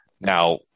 Now